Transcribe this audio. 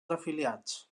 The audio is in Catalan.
afiliats